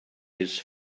his